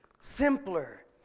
simpler